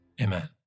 Amen